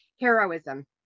heroism